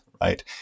right